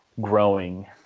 growing